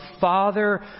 father